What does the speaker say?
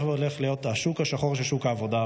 והולך להיות השוק השחור של שוק העבודה,